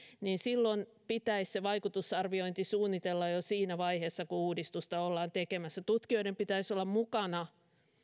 niin silloin pitäisi vaikutusarviointi suunnitella jo siinä vaiheessa kun uudistusta ollaan tekemässä tutkijoiden pitäisi olla mukana